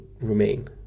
remain